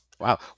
wow